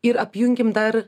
ir apjungėm dar